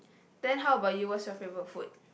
then how about you what's your favourite food